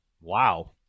Wow